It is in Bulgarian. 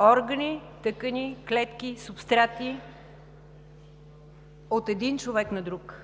органи, тъкани, клетки, субстрати от един човек на друг.